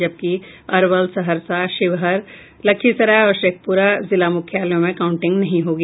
जबकि अरवल सहरसा शिवहर लखीसराय और शेखपुरा जिला मुख्यालयों में काउंटिंग नहीं होगी